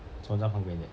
从哪旁边一点